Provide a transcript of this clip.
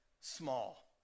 small